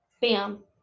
BAM